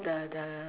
the the